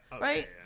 Right